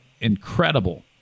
incredible